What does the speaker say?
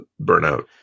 Burnout